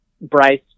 bryce